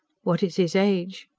what is his age?